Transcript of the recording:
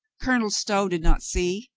colonel stow did not see,